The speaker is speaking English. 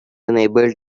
unable